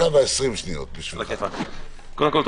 קודם כול,